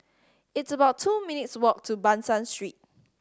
it's about two minutes' walk to Ban San Street